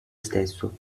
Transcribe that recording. stesso